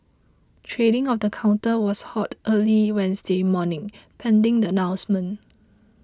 trading of the counter was halted early Wednesday morning pending the announcement